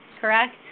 correct